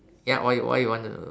ya why you what you want to